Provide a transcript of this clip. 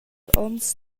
onns